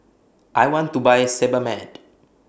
I want to Buy Sebamed